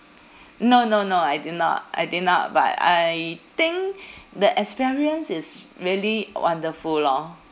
no no no I did not I did not but I think the experience is really wonderful lor